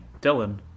Dylan